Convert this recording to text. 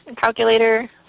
calculator